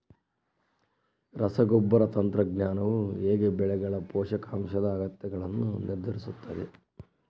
ರಸಗೊಬ್ಬರ ತಂತ್ರಜ್ಞಾನವು ಹೇಗೆ ಬೆಳೆಗಳ ಪೋಷಕಾಂಶದ ಅಗತ್ಯಗಳನ್ನು ನಿರ್ಧರಿಸುತ್ತದೆ?